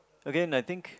Again I think